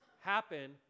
happen